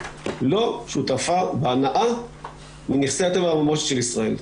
לא שותפה בהנאה מנכסי הטבע והמורשת של ישראל,